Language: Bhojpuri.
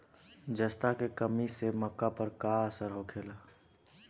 जस्ता के कमी से मक्का पर का असर होखेला?